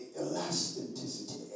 elasticity